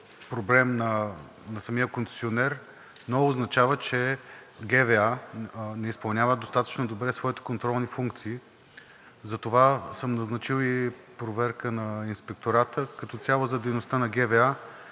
проблем на самия концесионер, но означава, че ГВА не изпълнява достатъчно добре своите контролни функции. Затова съм назначил и проверка на Инспектората като цяло за дейността на ГВА.